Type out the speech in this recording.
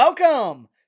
Welcome